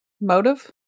Motive